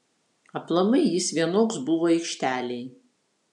aplamai jis vienoks buvo aikštelėj